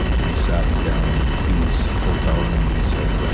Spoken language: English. he, he sat me down in his hotel room and he said ah,